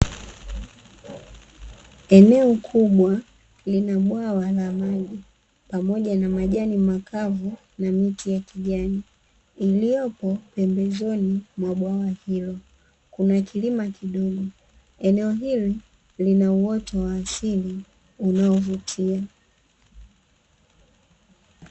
Eneo kubwa lina bwawa la maji pamoja na majani makavu na miti ya kijani, iliopo pembezoni mwa bwawa hilo, pia kuna kilima kidogo. Eneo hili lina uoto wa asili unaovutia.